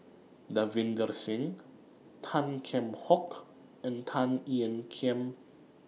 Davinder Singh Tan Kheam Hock and Tan Ean Kiam